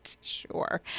sure